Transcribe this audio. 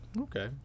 Okay